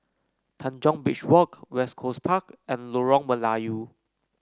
Tanjong Beach Walk West Coast Park and Lorong Melayu